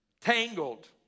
tangled